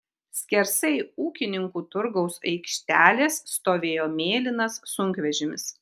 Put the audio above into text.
skersai ūkininkų turgaus aikštelės stovėjo mėlynas sunkvežimis